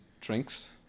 drinks